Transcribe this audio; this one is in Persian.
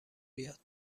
بیاد